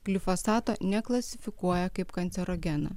glifosato neklasifikuoja kaip kancerogeno